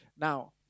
Now